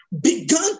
began